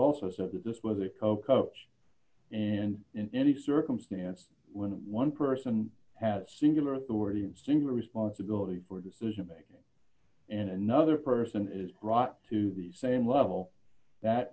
also said that this was a cock up and in any circumstance when one person has singular authority and singular responsibility for decision making and another person is brought to the same level that